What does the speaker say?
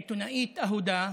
עיתונאית אהודה,